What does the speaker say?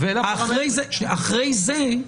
אחרי זה,